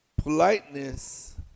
politeness